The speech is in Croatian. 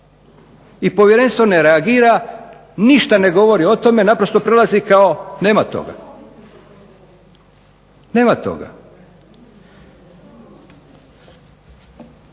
i povjerenstvo ne reagira, ništa ne govori o tome, naprosto prelazi kao nema toga. Ali,